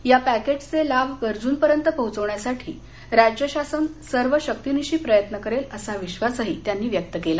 या पॅकेजचे लाभ गरजूपर्यंत पोहचवण्यासाठी राज्य शासन सर्व शक्तीनिशी प्रयत्न करेल असा विश्वासही त्यांनी व्यक्त केला